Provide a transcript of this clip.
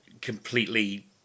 completely